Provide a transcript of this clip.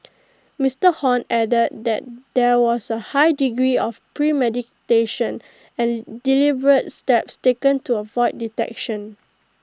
Mister Hon added that there was A high degree of premeditation and deliberate steps taken to avoid detection